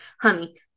honey